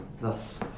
thus